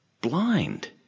blind